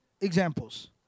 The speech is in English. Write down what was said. examples